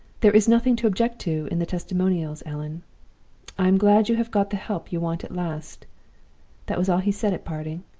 there is nothing to object to in the testimonials, allan i am glad you have got the help you want at last that was all he said at parting.